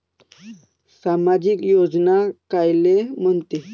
सामाजिक योजना कायले म्हंते?